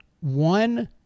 one